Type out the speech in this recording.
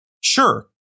Sure